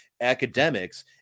academics